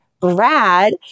Brad